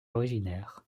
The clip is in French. originaire